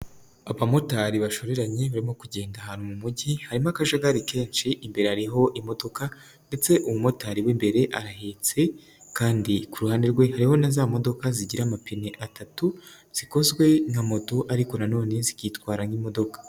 Abamotari bashoreranye, barimo kugenda ahantu mu mujyi, harimo akajagari kenshi, imbere hariho imodoka ndetse umumotari w'imbere arahitse kandi ku ruhande rwe hariho na za modoka zigira amapine atatu, zikozwe nka moto ariko nanone zikitwara nk'imodoka.